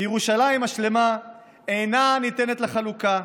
כי ירושלים השלמה אינה ניתנת לחלוקה,